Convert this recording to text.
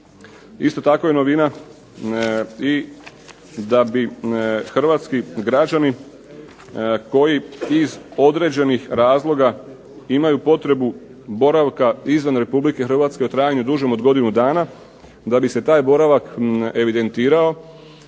Isto tako je novina i da bi hrvatski građani koji iz određenih razloga imaju potrebu boravka izvan Republike Hrvatske u trajanju dužem od godinu dana, da bi se taj boravak evidentirao